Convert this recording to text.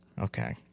Okay